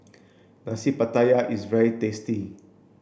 Nasi Pattaya is very tasty